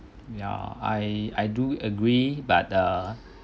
ya I I do agree but err